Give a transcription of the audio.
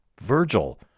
virgil